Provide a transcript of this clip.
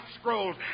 scrolls